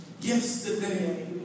yesterday